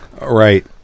Right